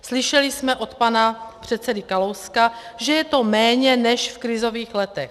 Slyšeli jsme od pana předsedy Kalouska, že je to méně než v krizových letech.